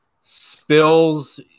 spills